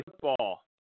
football